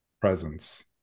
Presence